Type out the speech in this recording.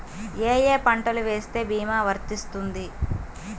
ఏ ఏ పంటలు వేస్తే భీమా వర్తిస్తుంది?